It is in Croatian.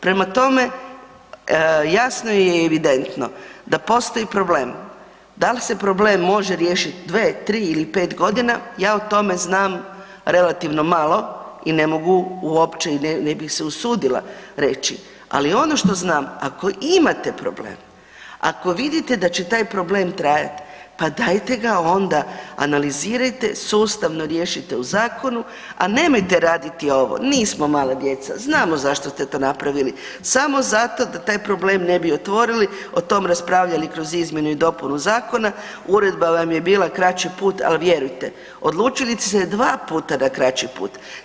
Prema tome, jasno je evidentno da postoji problem, da li se problem može riješiti 2, 3 ili 5 g., ja o tome znam relativno malo i ne mogu uopće i ne bih se usudila reći, ali ono što znam, ako imate problema, ako vidite da će taj problem trajati, pa dajte ga onda analizirajte, sustavno riješite u zakonu a nemojte raditi ovo, nismo mala djeca, znamo zašto ste to napravili, samo zato da taj problem ne bi otvorili, o tom raspravljali kroz izmjenu i dopunu zakona, uredba vam je bila kraći put ali vjerujte, odlučili ste se dva puta na kraći put.